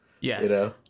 Yes